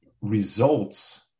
results